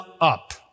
up